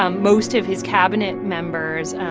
um most of his cabinet members,